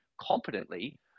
competently